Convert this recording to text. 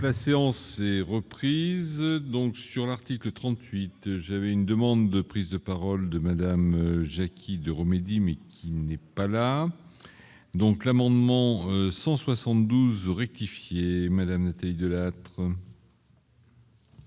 la séance et reprise donc sur l'article 38, j'avais une demande de prise de parole de Madame Jackie de Rome dit mais qui n'est pas là donc l'amendement 172 rectifier Madame était Delattre.